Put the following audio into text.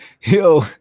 yo